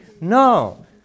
No